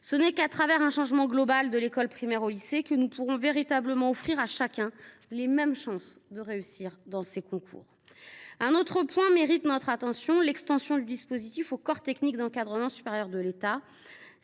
Ce n’est qu’au travers d’un changement global, de l’école primaire au lycée, que nous pourrons véritablement offrir à chacun les mêmes chances de réussir ces concours. Un autre point mérite notre attention : l’extension du dispositif aux corps techniques d’encadrement supérieur de l’État.